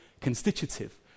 constitutive